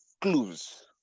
clues